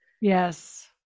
Yes